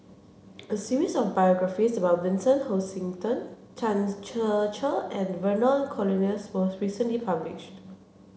a series of biographies about Vincent Hoisington Ser Cher and Vernon Cornelius was recently published